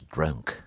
Drunk